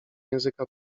języka